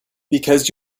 because